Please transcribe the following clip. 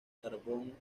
carbón